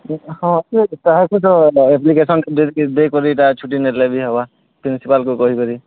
ହଁ ସେ ତାହାକୁ ତ ଏପ୍ଲିକେସନ୍ ଦେଇକରି ଇଟା ଛୁଟି ନେଲେ ବି ହେବା ପ୍ରିନ୍ସିପାଲ୍କୁ କହିକରି